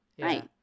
Right